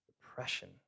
depression